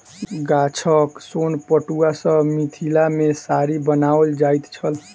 गाछक सोन पटुआ सॅ मिथिला मे साड़ी बनाओल जाइत छल